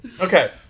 Okay